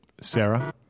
Sarah